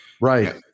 Right